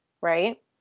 right